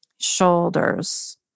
Shoulders